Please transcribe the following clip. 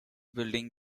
building